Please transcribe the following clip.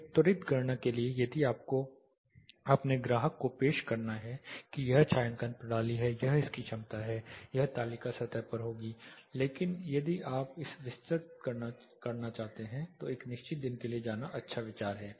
एक त्वरित गणना के लिए यदि आपको अपने ग्राहक को पेश करना है कि यह छायांकन प्रणाली है यह इसकी क्षमता है यह तालिका सतह पर होगी लेकिन यदि आप एक विस्तृत गणना करना चाहते हैं तो एक निश्चित दिन के लिए जाना अच्छा विचार है